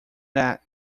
that